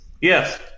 Yes